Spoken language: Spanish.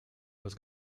los